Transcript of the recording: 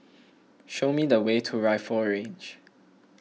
show me the way to Rifle Range